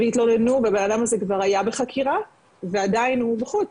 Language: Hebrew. והן התלוננו והבנאדם הזה כבר היה בחקירה ועדיין הוא בחוץ,